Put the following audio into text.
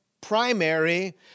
primary